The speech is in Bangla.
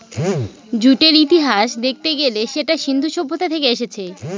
জুটের ইতিহাস দেখতে গেলে সেটা সিন্ধু সভ্যতা থেকে এসেছে